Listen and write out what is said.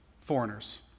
foreigners